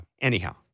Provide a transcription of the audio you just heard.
Anyhow